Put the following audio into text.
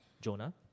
Jonah